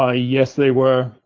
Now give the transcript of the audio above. ah yes, they were.